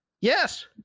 Yes